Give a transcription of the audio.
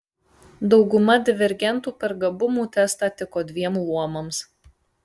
dauguma divergentų per gabumų testą tiko dviem luomams